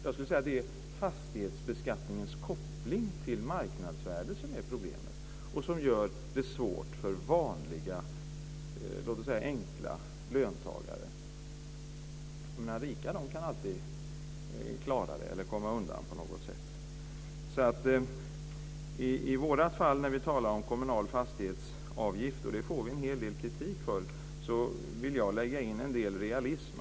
Jag skulle vilja säga att det är fastighetsbeskattningens koppling till marknadsvärdet som är problemet och som gör det svårt för vanliga, låt oss säga enkla, löntagare. Rika kan alltid klara det eller komma undan på något sätt. Vi får en hel del kritik för att vi talar om kommunal fastighetsavgift. Jag vill lägga in en del realism.